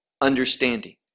understanding